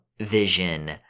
vision